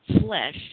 flesh